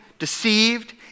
deceived